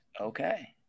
Okay